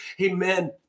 amen